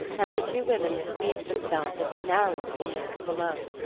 and the two women squeezed themselves into narrower quarters below.